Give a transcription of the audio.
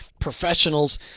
professionals